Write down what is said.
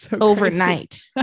overnight